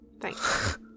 thanks